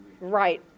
Right